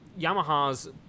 Yamaha's